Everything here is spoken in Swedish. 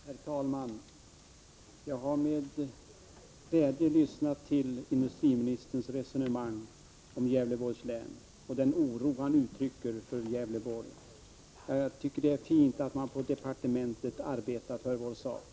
Herr talman! Jag har med glädje lyssnat till industriministerns resonemang om Gävleborgs län och den oro han uttrycker över detta län. Jag tycker att det är fint att man på departementet arbetar för vår sak.